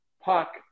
puck